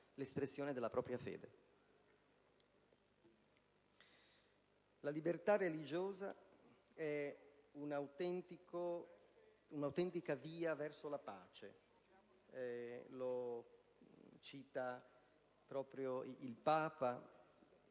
l'espressione della propria fede. La libertà religiosa è una autentica via verso la pace: lo afferma proprio il Papa,